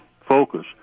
focus